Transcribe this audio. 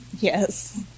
Yes